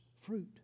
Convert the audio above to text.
fruit